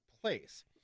place